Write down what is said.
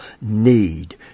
need